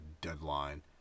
deadline